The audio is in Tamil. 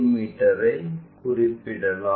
மீ ஐ குறிப்பிடலாம்